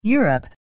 Europe